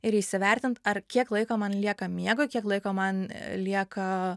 ir įsivertint ar kiek laiko man lieka miegui kiek laiko man lieka